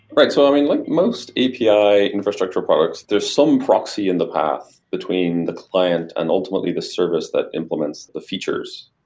right. so i mean, like most api infrastructure products, there's some proxy in the path between the client and ultimately the service that implements the features.